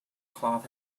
cloth